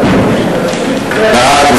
נתקבלה.